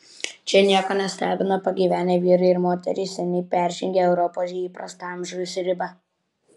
čia nieko nestebina pagyvenę vyrai ir moterys seniai peržengę europoje įprastą amžiaus ribą